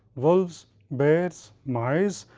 wolves, bears, mice,